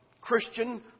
Christian